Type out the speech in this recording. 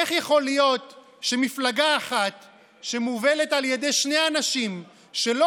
איך יכול להיות שמפלגה אחת שמובלת על ידי שני אנשים שלא